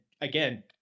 again